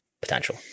potential